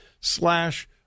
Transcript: slash